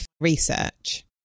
research